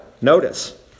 notice